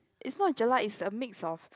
it's not jelat it's a mix of